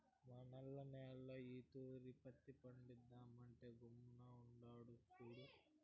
మా నల్ల నేల్లో ఈ తూరి పత్తి పంటేద్దామంటే గమ్ముగుండాడు సూడు